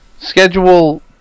Schedule